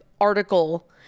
article